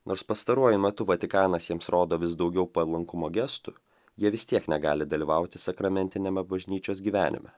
nors pastaruoju metu vatikanas jiems rodo vis daugiau palankumo gestų jie vis tiek negali dalyvauti sakramentiniame bažnyčios gyvenime